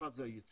האחד זה היצוא,